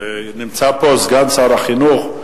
נמצא פה סגן שר החינוך,